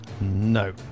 No